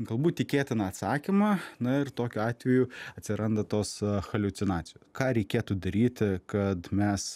galbūt tikėtiną atsakymą na ir tokiu atveju atsiranda tos haliucinacijos ką reikėtų daryti kad mes